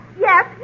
Yes